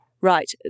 Right